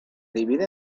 divide